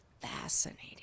fascinating